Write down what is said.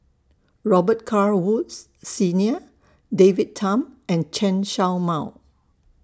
Robet Carr Woods Senior David Tham and Chen Show Mao